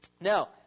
Now